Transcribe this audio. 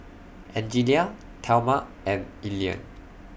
Angelia Thelma and Elian